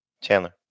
Chandler